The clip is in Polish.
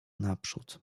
naprzód